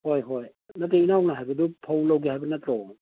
ꯍꯣꯏ ꯍꯣꯏ ꯅꯠꯇꯦ ꯏꯅꯥꯎꯅ ꯍꯥꯏꯕꯗꯨ ꯐꯧ ꯂꯧꯒꯦ ꯍꯥꯏꯕ ꯅꯠꯇ꯭ꯔꯣ